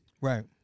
Right